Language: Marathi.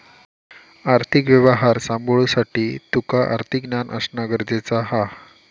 आर्थिक व्यवहार सांभाळुसाठी तुका आर्थिक ज्ञान असणा गरजेचा हा